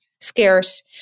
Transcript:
scarce